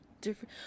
different